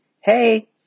hey